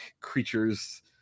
creatures